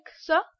sir